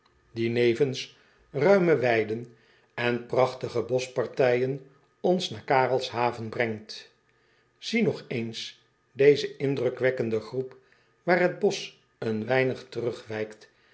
eel ruime weiden en prachtige boschpartijen ons naar arelshaven brengt ie nog eens deze indrukwekkende groep waar het bosch een weinig terugwijkt